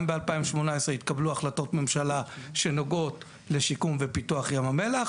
גם ב- 2018 התקבלו החלטות ממשלה שנוגעות לשיקום ופיתוח ים המלח,